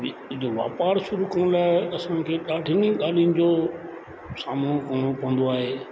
जंहिंजो व्यापार शुरु करण लाइ असांखे ॾाढियुनि ई ॻाल्हियुनि जो सामनो करिणो पवंदो आहे